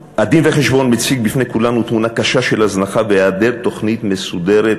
הדין-וחשבון מציג בפני כולנו תמונה קשה של הזנחה והיעדר תוכנית מסודרת,